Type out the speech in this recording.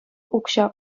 укҫа